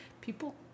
people